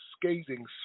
scathing